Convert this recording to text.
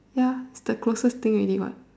ya it's the closest thing already what